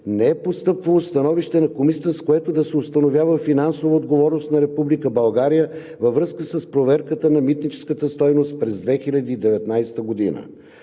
не е постъпвало становище на Комисията, с което да се установява финансова отговорност на Република България във връзка с проверката на митническата стойност през 2019 година.